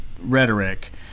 rhetoric